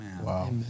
Wow